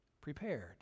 prepared